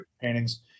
paintings